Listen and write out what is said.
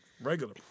Regular